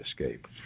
escape